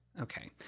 Okay